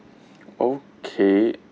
okay